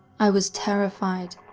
i was terrified.